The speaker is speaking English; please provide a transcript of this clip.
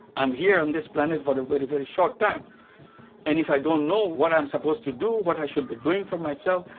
i'm here on this planet for a very, very, very short time and if i don't know what i'm supposed to do, what i should be doing for myself,